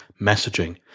messaging